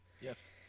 Yes